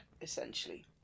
Essentially